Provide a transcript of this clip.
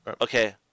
Okay